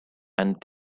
and